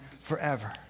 forever